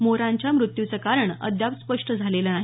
मोरांच्या मृत्यूचं कारण अद्याप स्पष्ट झालेलं नाही